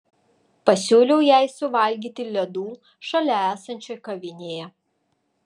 pasiūliau jai suvalgyti ledų šalia esančioj kavinėje